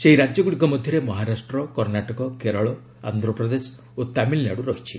ସେହି ରାକ୍ୟଗ୍ରଡ଼ିକ ମଧ୍ୟରେ ମହାରାଷ୍ଟ୍ର କର୍ଣ୍ଣାଟକ କେରଳ ଆନ୍ଧ୍ୟପ୍ରଦେଶ ଓ ତାମିଲନାଡ଼ ରହିଛି